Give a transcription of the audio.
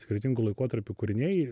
skirtingų laikotarpių kūriniai